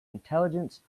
intelligence